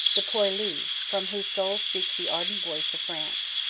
the poilu, from whose soul speaks the ardent voice of france.